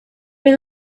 been